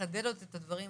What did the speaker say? לחדד עוד את הדברים.